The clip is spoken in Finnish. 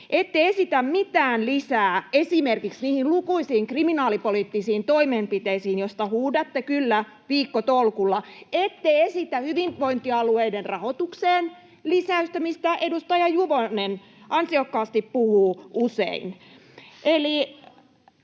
Ette esitä mitään lisää esimerkiksi niihin lukuisiin kriminaalipoliittisiin toimenpiteisiin, joista huudatte kyllä viikkotolkulla. Ette esitä hyvinvointialueiden rahoitukseen lisäystä, mistä edustaja Juvonen ansiokkaasti puhuu usein. Eli